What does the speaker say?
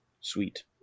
Sweet